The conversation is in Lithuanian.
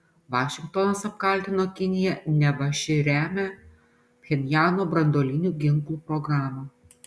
vašingtonas apkaltino kiniją neva ši remia pchenjano branduolinių ginklų programą